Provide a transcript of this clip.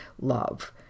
love